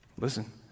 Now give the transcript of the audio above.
Listen